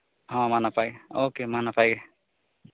ᱦᱚᱸ ᱢᱟ ᱱᱟᱯᱟᱭ ᱜᱮ ᱳᱠᱮ ᱢᱟ ᱱᱟᱯᱟᱭ ᱜᱮ